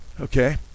Okay